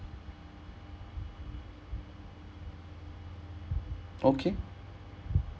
okay